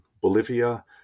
Bolivia